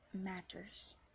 matters